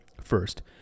First